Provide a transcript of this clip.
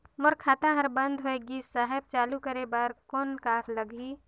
मोर खाता हर बंद होय गिस साहेब चालू करे बार कौन का लगही?